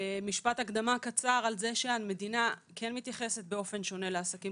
משפט הקדמה קצר על כך שהמדינה כן מתייחסת באופן שונה לעסקים